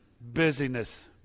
busyness